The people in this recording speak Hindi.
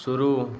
शुरू